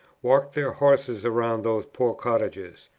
walked their horses round those poor cottages.